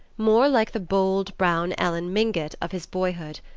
more like the bold brown ellen mingott of his boyhood.